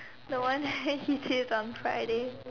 the one that he says on Fridays